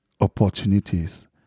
opportunities